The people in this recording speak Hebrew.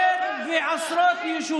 אבל שאלתם שאלה.